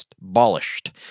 abolished